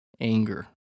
anger